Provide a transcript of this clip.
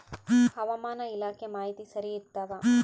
ಹವಾಮಾನ ಇಲಾಖೆ ಮಾಹಿತಿ ಸರಿ ಇರ್ತವ?